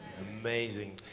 Amazing